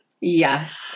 Yes